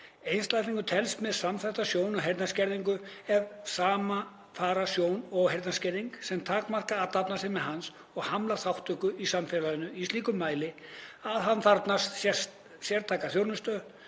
Einstaklingur telst með samþætta sjón- og heyrnarskerðingu ef saman fer sjón- og heyrnarskerðing sem takmarkar athafnasemi hans og hamlar þátttöku í samfélaginu í slíkum mæli að hann þarfnast sértækrar þjónustu,